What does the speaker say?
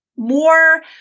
More